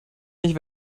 nicht